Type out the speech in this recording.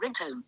Ringtone